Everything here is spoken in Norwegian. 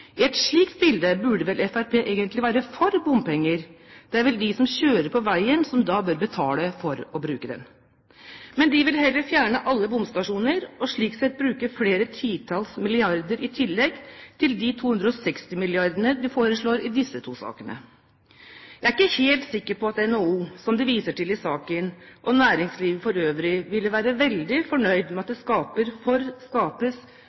I et slikt bilde burde vel Fremskrittspartiet egentlig være for bompenger? Det er vel de som kjører på veien, som bør betale for å bruke den? Men de vil heller fjerne alle bomstasjoner og slik sett bruke flere titalls milliarder i tillegg til de 260 mrd. kr de foreslår i disse to sakene. Jeg er ikke helt sikker på at NHO, som de viser til i saken, og næringslivet for øvrig ville være veldig fornøyd med at det skapes for